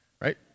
right